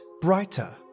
brighter